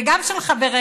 וגם של חבריך,